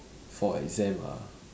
for exam ah